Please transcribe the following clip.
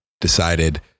decided